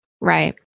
Right